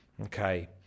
okay